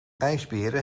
ijsberen